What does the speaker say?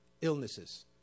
illnesses